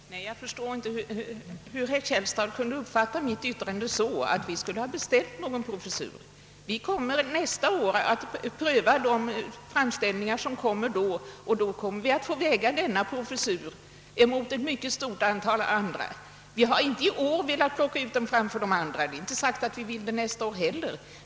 Herr talman! Nej, jag förstår inte hur herr Källstad kunde uppfatta mitt yttrande så, att vi skulle ha beställt någon professur. Vi kommer nästa år att pröva de framställningar som kommer då, och då får vi väga denna professur mot ett stort antal andra. Vi har inte velat plocka ut den framför alla andra i år, och det är inte säkert att vi vill göra det nästa år heller.